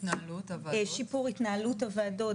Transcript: שיפור התנהלות הוועדות,